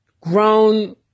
grown